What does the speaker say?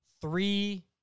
three